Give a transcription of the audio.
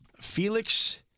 Felix